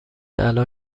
الان